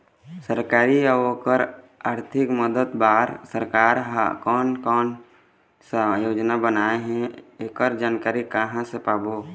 सरकारी अउ ओकर आरथिक मदद बार सरकार हा कोन कौन सा योजना बनाए हे ऐकर जानकारी कहां से पाबो?